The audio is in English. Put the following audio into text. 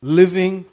living